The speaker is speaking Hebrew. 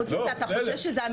חוץ מזה אתה חושב --- לא,